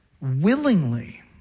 willingly